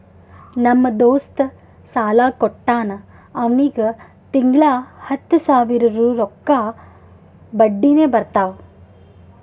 ನಮ್ ದೋಸ್ತ ಸಾಲಾ ಕೊಟ್ಟಾನ್ ಅವ್ನಿಗ ತಿಂಗಳಾ ಹತ್ತ್ ಸಾವಿರ ರೊಕ್ಕಾ ಬಡ್ಡಿನೆ ಬರ್ತಾವ್